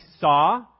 saw